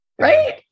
Right